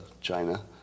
China